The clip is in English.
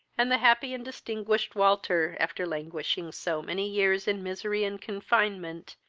and the happy and distinguished walter, after languishing so many years in misery and confinement,